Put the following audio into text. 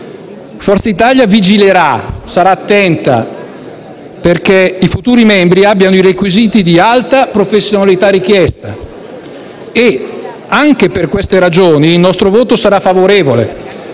Forza Italia vigilerà e sarà attenta perché i futuri membri abbiano i requisiti di alta professionalità richiesti e il nostro voto sarà favorevole